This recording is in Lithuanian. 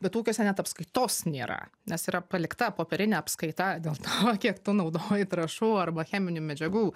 bet ūkiuose net apskaitos nėra nes yra palikta popierinė apskaita dėl to kiek tu naudoji trąšų arba cheminių medžiagų